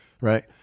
right